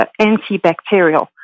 antibacterial